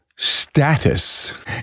Status